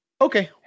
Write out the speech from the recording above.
Okay